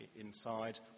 inside